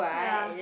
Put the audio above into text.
ya